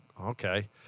okay